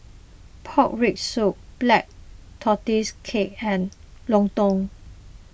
Pork Rib Soup Black Tortoise Cake and Lontong